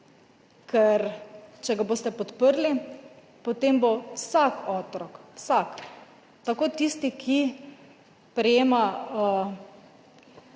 Če ga boste podprli, potem bo vsak otrok, tako tisti, ki prejema